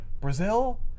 Brazil